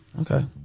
Okay